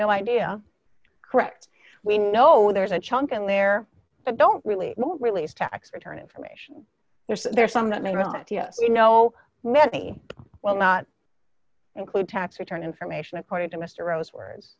no idea correct we know there's a chunk and there but don't really don't release tax return information there's there are some that may not yes you know many well not include tax return information according to mr rose words